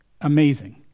amazing